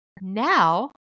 Now